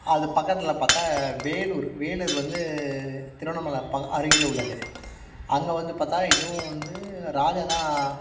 அது பக்கத்தில் பார்த்தா வேலூர் வேலூர் வந்து திருவண்ணாமலை அருகில் உள்ளது அங்கே வந்து பார்த்தா இதுவும் வந்து ராஜா தான்